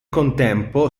contempo